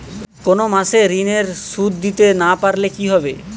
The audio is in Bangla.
কোন মাস এ ঋণের সুধ দিতে না পারলে কি হবে?